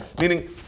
Meaning